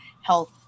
health